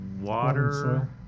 water